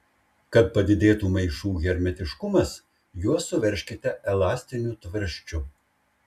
kad padidėtų maišų hermetiškumas juos suveržkite elastiniu tvarsčiu